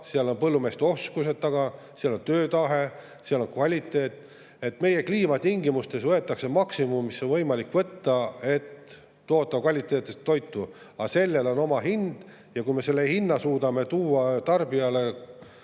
seal on põllumeeste oskused taga, seal on töötahe, seal on kvaliteet. Meie kliima tingimustest võetakse maksimum, mis on võimalik võtta, et toota kvaliteetset toitu. Aga sellel on oma hind. Ja kui me selle hinna suudame [teha] tarbijale